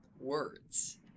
words